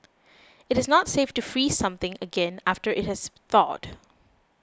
it is not safe to freeze something again after it has thawed